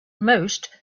most